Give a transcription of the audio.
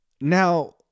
Now